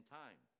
time